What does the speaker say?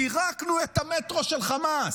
פירקנו את המטרו של חמאס?